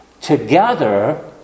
together